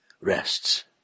rests